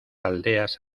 aldeas